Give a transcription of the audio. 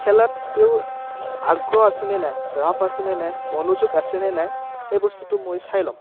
খেলত তেওঁৰ আগ্ৰহ আছে নে নাই ৰাপ আছেনে নাই মনোযোগ আছেনে নাই সেই বস্তুটো মই চাই ল'ম